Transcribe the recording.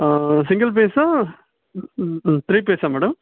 single பேஸா three பேஸா madam